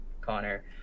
Connor